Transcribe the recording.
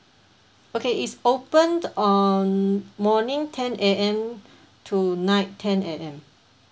okay it's open on morning ten A_M to night ten A_M